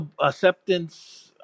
acceptance